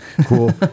Cool